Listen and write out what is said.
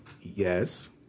yes